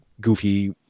goofy